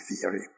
theory